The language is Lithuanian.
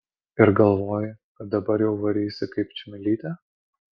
ir galvoji kad dabar jau varysi kaip čmilytė